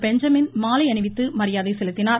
Benjamin மாலை அணிவித்து மரியாதை செலுத்தினார்